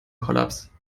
kollaps